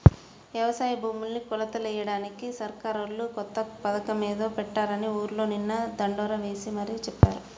యవసాయ భూముల్ని కొలతలెయ్యడానికి సర్కారోళ్ళు కొత్త పథకమేదో పెట్టారని ఊర్లో నిన్న దండోరా యేసి మరీ చెప్పారు